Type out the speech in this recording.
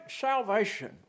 salvation